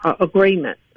agreement